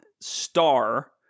star